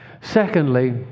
Secondly